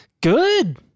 Good